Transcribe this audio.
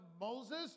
Moses